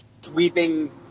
sweeping